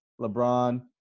LeBron